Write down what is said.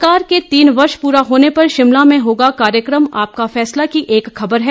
सरकार के तीन वर्ष पूरा होने पर शिमला में होगा कार्यक्रम आपका फैसला की एक ख़बर है